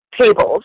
tables